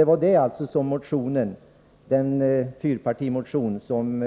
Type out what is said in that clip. Det var alltså det den fyrpartimotion syftade till som